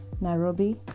nairobi